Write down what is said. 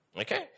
Okay